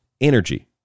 Energy